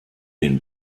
den